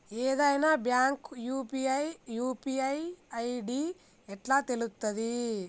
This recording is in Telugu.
ఏదైనా బ్యాంక్ యూ.పీ.ఐ ఐ.డి ఎట్లా తెలుత్తది?